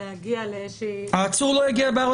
לא,